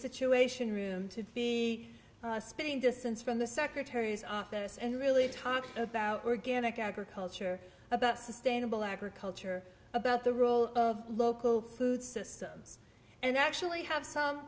situation room to be spitting distance from the secretary's office and really talk about organic agriculture about sustainable agriculture about the role of local food systems and actually have some